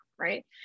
right